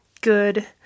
good